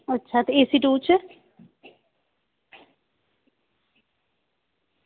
अच्छा ते AC two च